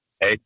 Hey